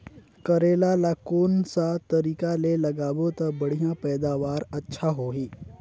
करेला ला कोन सा तरीका ले लगाबो ता बढ़िया पैदावार अच्छा होही?